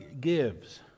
gives